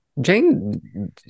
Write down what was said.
Jane